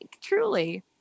truly